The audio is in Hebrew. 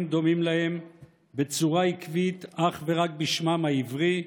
דומים להם בצורה עקבית אך ורק בשמם העברי,